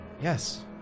Yes